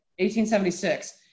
1876